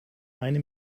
eine